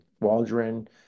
Waldron